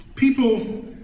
People